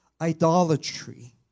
idolatry